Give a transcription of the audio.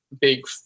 big